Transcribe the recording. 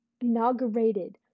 inaugurated